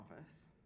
office